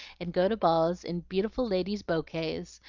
and go to balls in beautiful ladies' bokays,